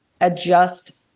adjust